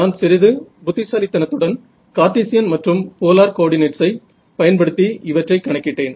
நான் சிறிது புத்திசாலித்தனத்துடன் கார்ட்டீசியன் மற்றும் போலார் கோஆர்டினேட்ஸ் யை பயன்படுத்தி இவற்றைக் கணக்கிட்டேன்